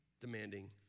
demanding